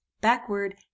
backward